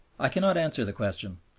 i cannot answer the question.